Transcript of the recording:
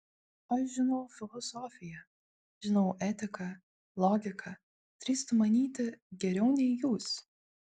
aš žinau filosofiją žinau etiką logiką drįstu manyti geriau nei jūs